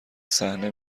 صحنه